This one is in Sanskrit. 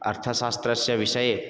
अर्थशास्त्रस्य विषये